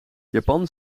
japan